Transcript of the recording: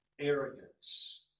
arrogance